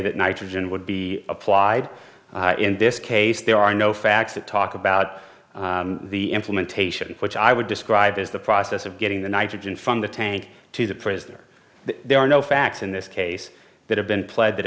that nitrogen would be applied in this case there are no facts that talk about the implementation which i would describe as the process of getting the nitrogen from the tank to the prisoner there are no facts in this case that have been pled that